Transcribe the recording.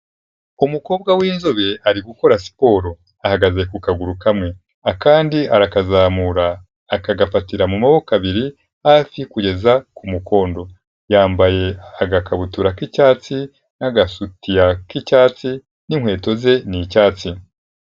Umukobwa w'inzobe ari gukora siporo, ahagaze ku kaguru kamwe, akandi arakazamura, akagafatira mu maboko abiri, hafi kugeza ku mukondo, yambaye agakabutura k'icyatsi, n'agasutiya k'icyatsi n'inkweto ze ni icyatsi.